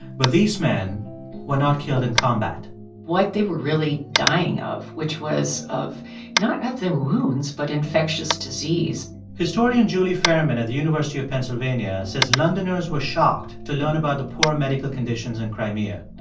but these men were not killed in combat what they were really dying of, which was of not of their wounds but infectious disease historian julie fairman at the university of pennsylvania says londoners were shocked to learn about the poor medical conditions in crimea.